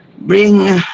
bring